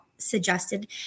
Suggested